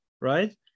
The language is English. right